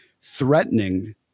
threatening